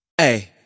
Hey